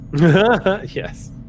Yes